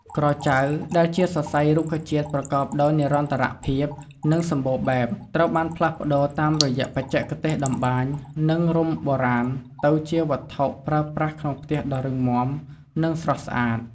ក្រចៅ ដែលជាសរសៃរុក្ខជាតិប្រកបដោយនិរន្តរភាព និងសម្បូរបែប ត្រូវបានផ្លាស់ប្តូរតាមរយៈបច្ចេកទេសត្បាញ និងរុំបុរាណទៅជាវត្ថុប្រើប្រាស់ក្នុងផ្ទះដ៏រឹងមាំ និងស្រស់ស្អាត។